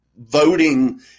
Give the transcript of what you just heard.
voting